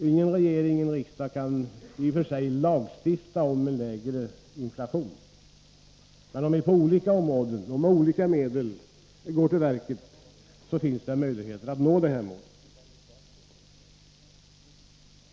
Varken regeringen eller riksdagen kan i och för sig med hjälp av lagstiftning få till stånd en minskning av inflationstakten, men om vi går till verket med olika medel och på olika områden finns det möjligheter att nå detta mål.